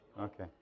Okay